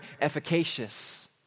efficacious